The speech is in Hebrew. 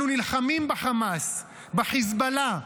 אנחנו נלחמים בחמאס, בחיזבאללה,